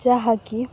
ଯାହାକି